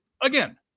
again